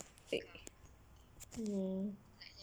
fake